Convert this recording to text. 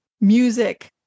music